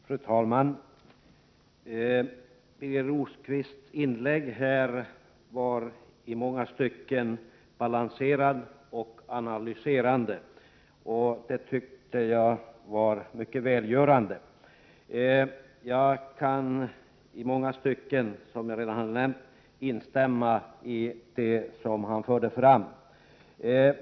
Fru talman! Birger Rosqvists inlägg var i många stycken balanserat och analyserande, vilket jag tycker var välgörande. Jag kan som sagt instämma i mycket av det han förde fram.